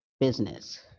business